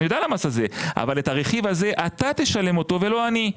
היא יודעת על המס הזה אבל את הרכיב הזה אתה תשלם ולא אני.